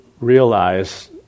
realize